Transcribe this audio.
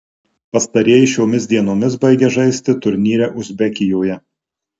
pastarieji šiomis dienomis baigia žaisti turnyre uzbekijoje